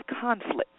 conflict